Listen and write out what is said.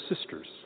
sisters